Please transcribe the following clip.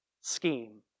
scheme